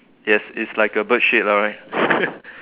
yes it's like a bird shit lor right